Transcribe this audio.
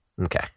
Okay